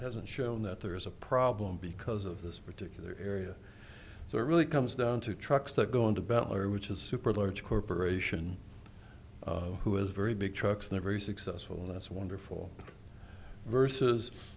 hasn't shown that there is a problem because of this particular area so it really comes down to trucks that go into bell or which is super large corporation who is very big trucks they're very successful that's wonderful versus